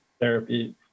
therapy